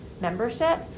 membership